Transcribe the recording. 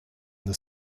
des